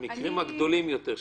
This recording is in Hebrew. כי המקרים הגדולים יותר,